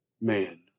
man